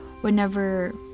whenever